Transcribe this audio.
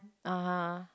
(uh huh)